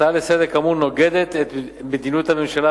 ההצעה לסדר-היום כאמור נוגדת את מדיניות הממשלה